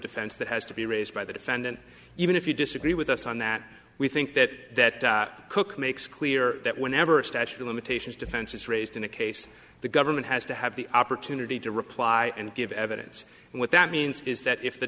defense that has to be raised by the defendant even if you disagree with us on that we think that cook makes clear that whenever a statute of limitations defense is raised in a case the government has to have the opportunity to reply and give evidence and what that means is that if the